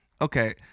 Okay